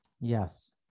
Yes